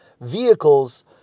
vehicles